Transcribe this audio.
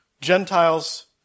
Gentiles